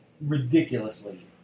ridiculously